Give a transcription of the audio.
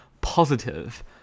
positive